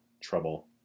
trouble